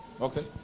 Okay